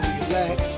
relax